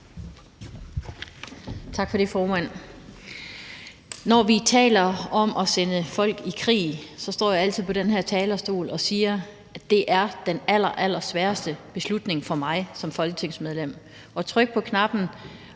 Tak for det, formand. Når vi taler om at sende folk i krig, står jeg altid på den her talerstol og siger, at det er den allerallersværeste beslutning for mig som folketingsmedlem. At trykke på knappen,